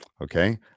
Okay